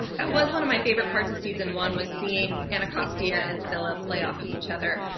that was one of my favorite parts of season one, was seeing anacostia and scylla play off of each other.